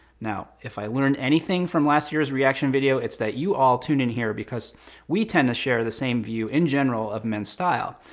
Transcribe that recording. now, if i learned anything from last year's reaction video, it's that you all tune in here because we tend to share the same view in general of men's style,